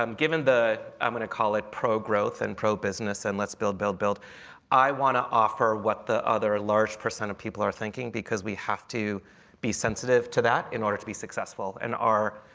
um given the i'm going to call it pro-growth and pro-business and let's build, build, build i want to offer what the other large percent of people are thinking, because we have to be sensitive to that in order to be successful and our